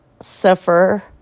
suffer